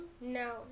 now